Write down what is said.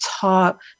talk